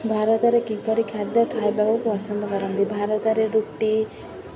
ଭାରତରେ କିପରି ଖାଦ୍ୟ ଖାଇବାକୁ ପସନ୍ଦ କରନ୍ତି ଭାରତରେ ରୁଟି